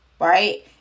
right